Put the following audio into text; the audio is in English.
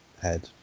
head